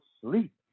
sleep